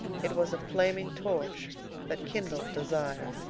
it was a flaming torch that kindled desire.